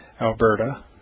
Alberta